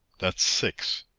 that's six.